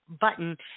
button